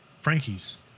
Frankie's